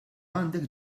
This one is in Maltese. għandek